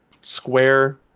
square